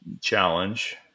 Challenge